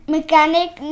Mechanic